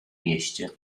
mieście